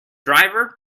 driver